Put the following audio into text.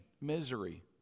misery